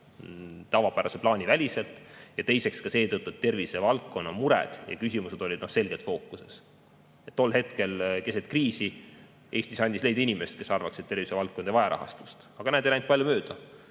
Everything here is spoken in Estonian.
tavapärase plaani väliselt, ja teiseks ka seetõttu, et tervisevaldkonna mured ja küsimused olid selgelt fookuses. Tol hetkel keset kriisi andis Eestis leida inimest, kes arvaks, et tervisevaldkond ei vaja rahastust. Aga näed, ei läinud palju mööda.